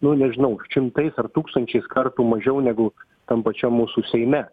nu nežinau šimtais ar tūkstančiais kartų mažiau negu tam pačiam mūsų seime